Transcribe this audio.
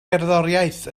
gerddoriaeth